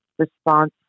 Response